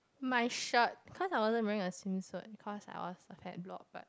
my shirt cause I wasn't wearing a swimsuit cause I was a fat block but